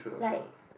like